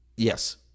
Yes